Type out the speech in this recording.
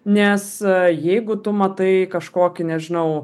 nes jeigu tu matai kažkokį nežinau